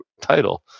title